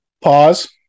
Pause